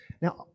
now